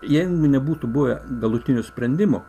jeigu nebūtų buvę galutinio sprendimo